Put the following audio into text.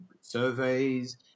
surveys